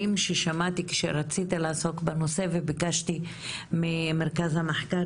ששמעתי כשרציתי לעסוק בנושא וביקשתי ממרכז המחקר